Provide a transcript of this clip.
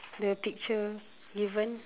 the picture given